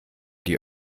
die